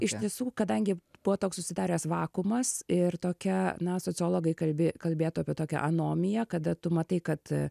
iš tiesų kadangi buvo toks susidaręs vakuumas ir tokia na sociologai kalbi kalbėtų apie tokią anomiją kada tu matai kad